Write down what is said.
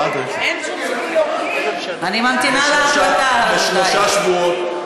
אני ממתינה להחלטה, רבותי.